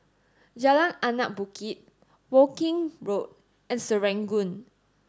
Jalan Anak Bukit Woking Road and Serangoon